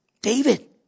David